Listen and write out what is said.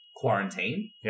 quarantine